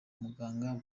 muganga